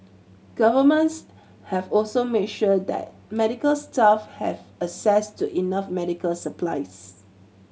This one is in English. governments have also made sure that medical staff have access to enough medical supplies